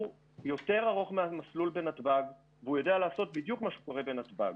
והוא יודע לעשות בדיוק מה שקורה בנתב"ג.